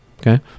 Okay